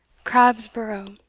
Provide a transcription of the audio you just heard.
crabbe's borough.